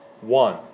one